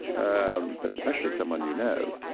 and but especially someone you know.